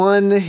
One